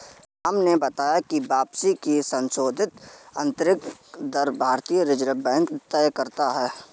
राम ने बताया की वापसी की संशोधित आंतरिक दर भारतीय रिजर्व बैंक तय करता है